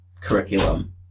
curriculum